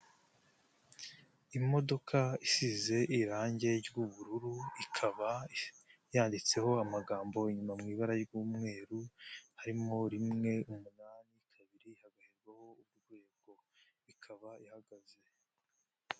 Imodoka isize irangi ry'ubururu, ikaba yanditseho amagambo inyuma mu ibara ry'umweru, harimo rimwe, umunani, kabiri, hagaherwaho urwego, ikaba ihagaze.